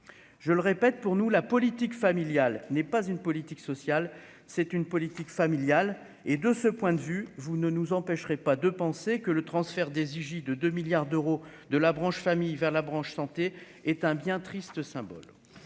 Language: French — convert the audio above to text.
je le répète, pour nous, la politique familiale n'est pas une politique sociale, c'est une politique familiale et de ce point de vue, vous ne nous empêcherez pas de penser que le transfert des Ziggy de 2 milliards d'euros de la branche famille vers la branche santé est un bien triste symbole